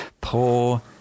Poor